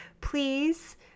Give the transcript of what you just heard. please